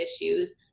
issues